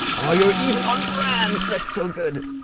oh, you're even on brand. that's so good.